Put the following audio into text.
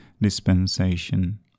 dispensation